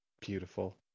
Beautiful